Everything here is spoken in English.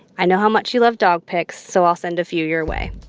i know how much you love dog pics, so i'll send a few your way.